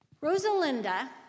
Rosalinda